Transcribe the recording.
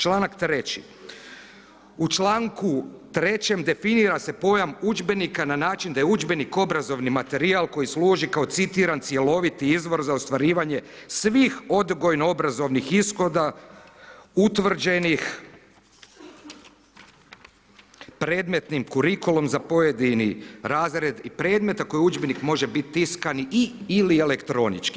Članak 3. u članku 3. definira se pojam udžbenika na način da je udžbenik obrazovni materijal koji služi kao citiram cjeloviti izvor za ostvarivanje svih odgojno obrazovnih ishoda utvrđenih predmetnim kurikulumom za pojedini razred i predmet a koji udžbenik može biti tiskani i/ili elektronički.